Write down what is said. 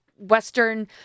Western